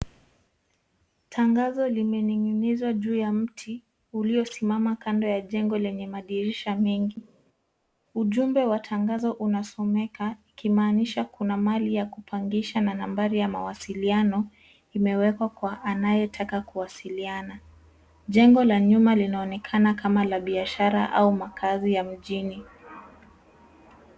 Tangazo limening'inizwa juu ya mti uliosimama kando ya jengo lenye madirisha mengi. Ujumbe wa tangazo unasomeka ikimaanisha kuna mahali ya kupangisha na nambari ya mawasiliano imewekwa kwa anayetaka kuwasiliana. Jengo la nyuma linaonekana kama la biashara au makazi ya mjini.